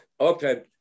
Okay